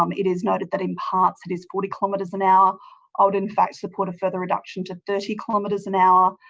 um it is noted that in parts it is forty kilometres an hour. i would in fact support a further reduction to thirty kilometres an hour.